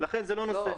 לכן זה לא נושא.